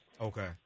Okay